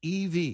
EV